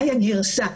מהי הגרסה,